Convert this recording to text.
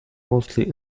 mostly